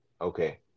okay